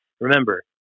Remember